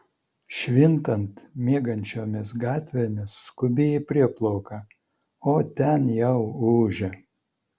švintant miegančiomis gatvėmis skubi į prieplauką o ten jau ūžia